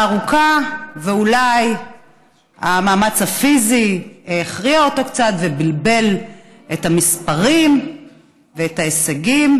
ארוכה ואולי המאמץ הפיזי הכריע אותו קצת ובלבל את המספרים ואת ההישגים.